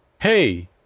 Hey